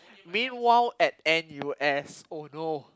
meanwhile at N_U_S oh no